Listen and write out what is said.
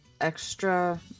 extra